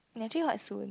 ya actually quite soon